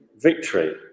victory